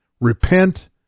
Repent